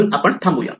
म्हणून आपण थांबू या